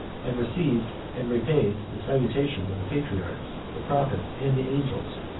and received and repaid the salutations of the patriarchs, the prophets, and the angels,